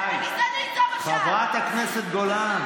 חברת הכנסת גולן.